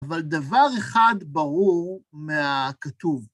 אבל דבר אחד ברור מהכתוב.